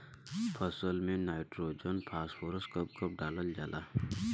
फसल में nitrogen phosphorus कब कब डालल जाला?